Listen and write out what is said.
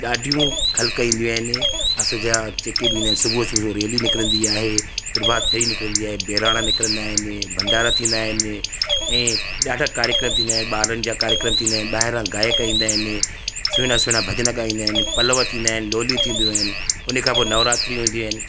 ॾाढियूं ख़लक़ ईंदियूं आहिनि असांजा जेके बि ईंदा आहिनि सुबुह सुबुह जो रैली निकिरंदी आहे प्रभात फेरी निकिरंदी आहे बहिराणा निकिरंदा आहिनि भंडारा थींदा आहिनि ऐं ॾाढा कार्यक्रम थींदा आहिनि ॿारनि जा कार्यक्रम थींदा आहिनि ॿाहिरां गायक ईंदा आहिनि सुहिणा सुहिणा भॼन गाईंदा आहिनि पलव थींदा आहिनि लोली थींदियूं आहिनि उन खां पोइ नवरात्रियूं ईंदियूं आहिनि